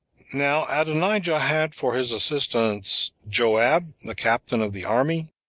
now adonijah had for his assistants joab the captain of the army,